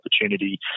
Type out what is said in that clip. opportunity